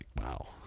wow